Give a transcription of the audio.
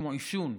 כמו עישון,